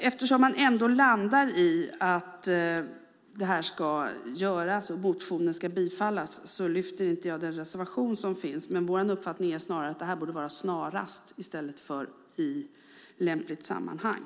Eftersom man ändå landar i att detta ska göras och i att motionen ska bifallas lyfter jag inte fram den reservation som finns i sammanhanget. Vår uppfattning att det borde stå "snarast" i stället för "i lämpligt sammanhang".